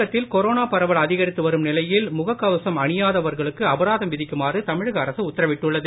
தமிழகத்தில் கொரோனா பரவல் அதிகரித்து வரும் நிலையில் முகக் கவசம் அணியாதவர்களுக்கு அபராதம் விதிக்குமாறு தமிழக அரசு உத்தரவிட்டுள்ளது